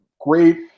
Great